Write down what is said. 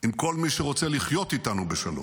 עם כל מי שרוצה לחיות איתנו בשלום.